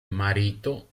marito